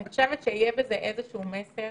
אני באמת חושבת שיהיה בזה איזה שהוא מסר